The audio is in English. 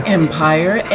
empire